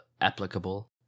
applicable